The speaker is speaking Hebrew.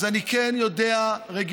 אז אני כן יודע רגישויות,